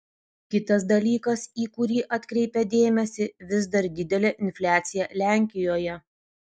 kitas dalykas į kurį atkreipia dėmesį vis dar didelė infliacija lenkijoje